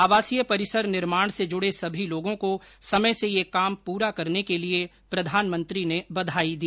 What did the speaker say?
आवासीय परिसर निर्माण से जुड़े सभी लोगों को समय से यह काम पूरा करने के लिए प्रधानमंत्री ने बघाई दी